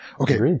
okay